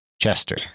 Chester